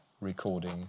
recording